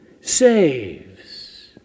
saves